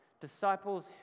Disciples